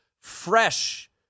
fresh